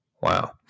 wow